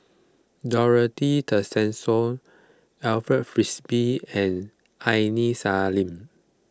Dorothy Tessensohn Alfred Frisby and Aini Salim